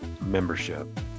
membership